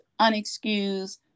unexcused